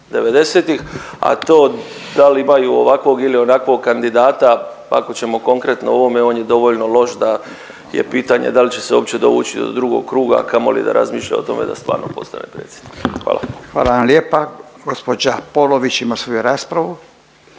90-ih, a to da li imaju ovakvog ili onakvog kandidata, ako ćemo konkretno o ovome, on je dovoljno loš da je pitanje da li će se uopće dovući do drugog kruga, a kamoli da razmišlja o tome da stvarno postane predsjednik. Hvala. **Radin, Furio (Nezavisni)** Hvala vam lijepo. Gđa Polović ima svoju raspravu.